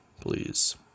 please